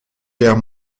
guerre